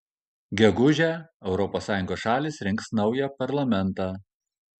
gegužę europos sąjungos šalys rinks naują parlamentą